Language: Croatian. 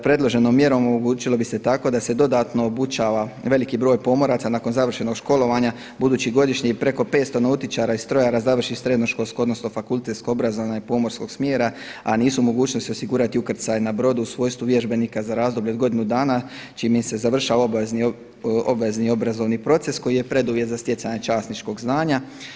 Predloženom mjerom omogućilo bi se tako da se dodatno obučava veliki broj pomoraca nakon završenog školovanja, budući godišnji preko 500 nautičara i strojara završi srednjoškolsko odnosno fakultetsko obrazovanje pomorskog smjera a nisu u mogućnosti osigurati ukrcaj na brodu u svojstvu vježbenika za razdoblje od godinu dana čime im se završava obavezni obrazovni proces koji je preduvjet za stjecanje časničkog znanja.